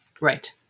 Right